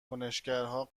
کنشگرها